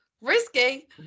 risky